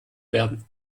werden